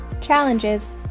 challenges